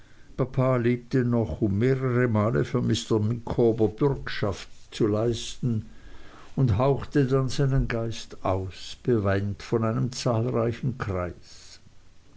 lebte noch um mehrere male für mr micawber bürgschaft zu leisten und hauchte dann seinen geist aus beweint von einem zahlreichen kreis